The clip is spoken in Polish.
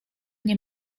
nie